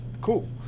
cool